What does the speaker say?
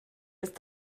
ist